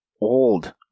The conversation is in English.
old